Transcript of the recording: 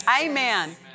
Amen